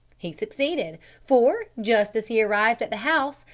he succeeded, for, just as he arrived at the house,